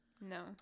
no